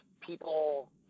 people